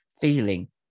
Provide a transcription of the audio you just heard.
feeling